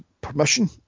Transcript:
permission